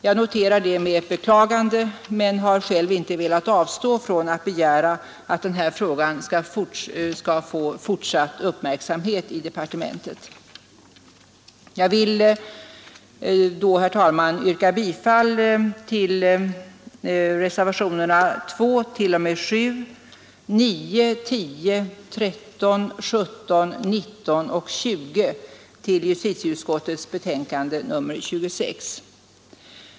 Jag noterar detta med beklagande och har själv inte velat avstå från att begära att den här frågan skall få fortsatt uppmärksamhet i departementet. Fru talman! Jag ber att få yrka bifall till reservationerna 2, 3, 4, 5, 6, 7,9, 10, 13, 17, 19 och 20 vid justitieutskottets betänkande nr 26.